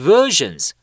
Versions